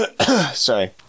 Sorry